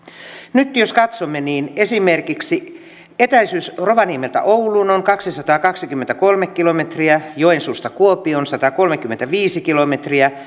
nyt jos katsomme niin esimerkiksi etäisyys rovaniemeltä ouluun on kaksisataakaksikymmentäkolme kilometriä joensuusta kuopioon satakolmekymmentäviisi kilometriä